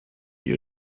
you